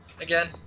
again